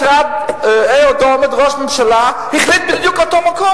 משרד ראש הממשלה אהוד אולמרט החליט בדיוק אותו מקום,